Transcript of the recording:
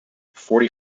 forty